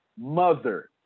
mother